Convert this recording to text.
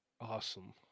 Awesome